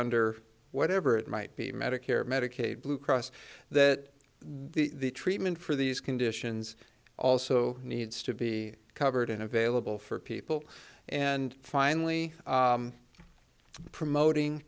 under whatever it might be medicare medicaid blue cross that the treatment for these conditions also needs to be covered and available for people and finally promoting